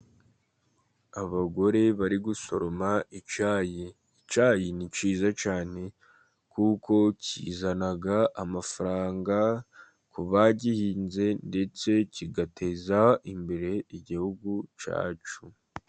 Abagore bari gusoroma icyayi, icyayi ni cyiza cyane kuko kizana amafaranga ku bagihinze, ndetse kigateza imbere igihugu cyacu.